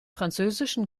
französischen